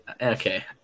okay